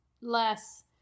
less